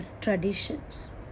traditions